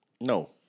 No